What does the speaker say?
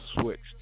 Switched